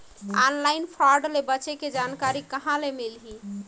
Online fraud ले बचे के जानकारी कहां ले मिलही?